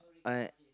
I